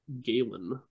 Galen